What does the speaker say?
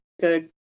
good